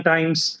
Times